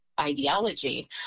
ideology